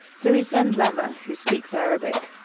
so we send lama, who speaks arabic.